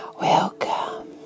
welcome